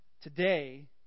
Today